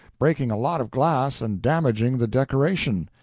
breaking a lot of glass and damaging the decoration.